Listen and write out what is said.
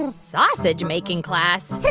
and sausage-making class?